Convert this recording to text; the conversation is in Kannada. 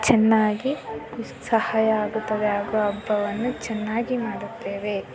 ಚೆನ್ನಾಗಿ ಸಹಾಯ ಆಗುತ್ತದೆ ಹಾಗೂ ಹಬ್ಬವನ್ನು ಚೆನ್ನಾಗಿ ಮಾಡುತ್ತೇವೆ